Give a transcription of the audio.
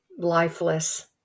Lifeless